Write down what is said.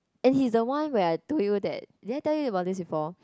and he is the one where I told you that did I tell you about this before